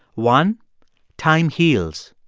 one time heals.